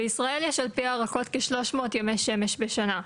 בישראל יש על פי ההערכות כ-300 ימי שמש בשנה,